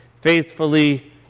faithfully